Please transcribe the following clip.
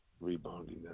rebounding